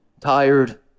tired